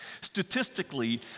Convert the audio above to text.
statistically